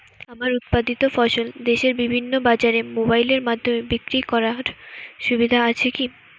আমার উৎপাদিত ফসল দেশের বিভিন্ন বাজারে মোবাইলের মাধ্যমে বিক্রি করার সুবিধা আছে কি?